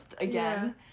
again